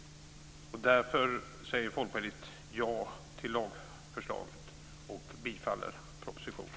Därför säger Folkpartiet ja till lagförslaget och bifaller propositionen.